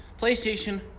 PlayStation